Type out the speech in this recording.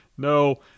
No